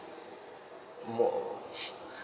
more